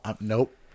Nope